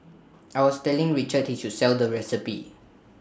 I was telling Richard he should sell the recipe